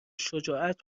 شجاعت